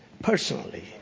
personally